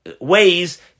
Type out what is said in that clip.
ways